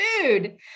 food